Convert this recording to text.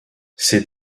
ces